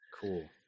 Cool